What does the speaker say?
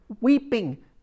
weeping